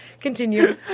continue